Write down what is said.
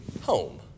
home